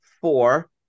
four